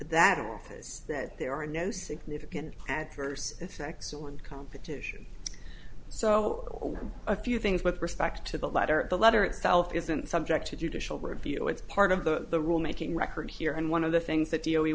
that office that there are no significant adverse effects on competition so a few things with respect to the letter the letter itself isn't subject to judicial review it's part of the rule making record here and one of the things that you know he